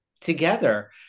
together